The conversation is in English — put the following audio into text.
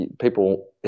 people